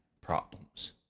problems